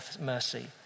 mercy